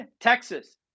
Texas